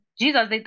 Jesus